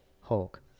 Hulk